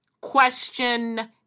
Question